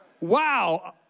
Wow